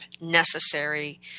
necessary